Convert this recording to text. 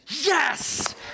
yes